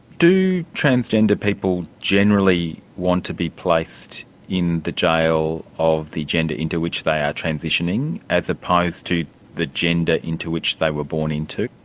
do transgender people generally want to be placed in the jail of the gender into which they are transitioning, as opposed to the gender into which they were born into?